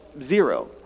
zero